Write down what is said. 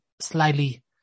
slightly